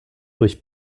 durch